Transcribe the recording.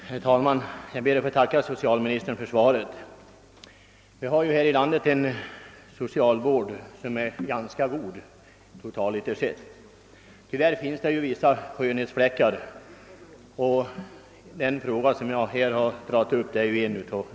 Herr talman! Jag ber att få tacka socialministern för svaret. Vi har ju här i landet en ganska god socialvård totalt sett. Tyvärr finns det vissa skönhetsfläckar, och en av dessa är den fråga som jag här tagit upp.